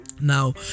Now